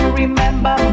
remember